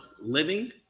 living